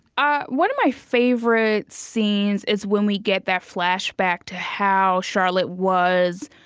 ah one of my favorite scenes is when we get that flashback to how charlotte was,